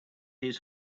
his